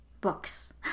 books